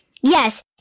Yes